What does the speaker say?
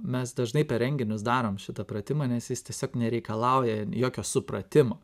mes dažnai per renginius darom šitą pratimą nes jis tiesiog nereikalauja jokio supratimo